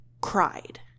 cried